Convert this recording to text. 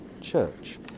church